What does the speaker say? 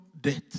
death